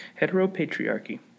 heteropatriarchy